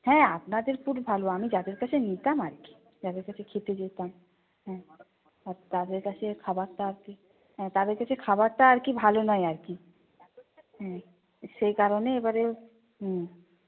হ্যাঁ আপনাদের ফুড ভালো আমি যাদের কাছে নিতাম আর কি যাদের কাছে খেতে যেতাম হ্যাঁ তাদের কাছে খাবারটা আর কি হ্যাঁ তাদের কাছে খাবারটা আর কি ভালো নয় আর কি হুম সেই কারণেই এবারে হুম